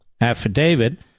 affidavit